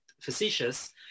facetious